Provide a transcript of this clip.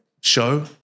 show